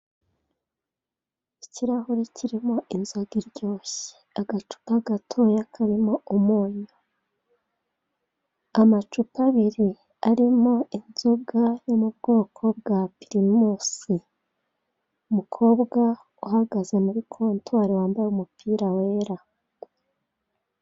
Ikirahure kirimo inzoga iryoshye, agacupa gatoya karimo umunyu, amacupa abiri arimo inzoga yo mu bwoko bwa pirimusi, umukobwa uhagaze muri kontwari wambaye umupira wera.